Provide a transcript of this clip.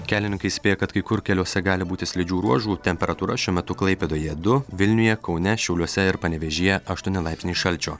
kelininkai įspėja kad kai kur keliuose gali būti slidžių ruožų temperatūra šiuo metu klaipėdoje du vilniuje kaune šiauliuose ir panevėžyje aštuoni laipsniai šalčio